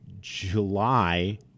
July